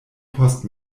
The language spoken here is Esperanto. post